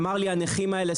אמר לי: הנכים האלה,